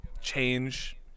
change